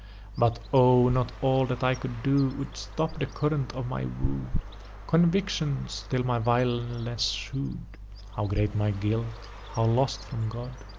but o! not all that i could do would stop the current of my woe conviction still my vileness shew'd how great my guilt how lost from god!